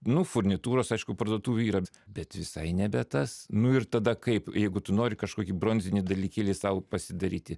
nu furnitūros aišku parduotuvių yra bet visai nebe tas nu ir tada kaip jeigu tu nori kažkokį bronzinį dalykėlį sau pasidaryti